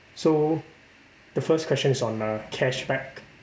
so the first question is on uh cashback